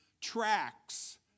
tracks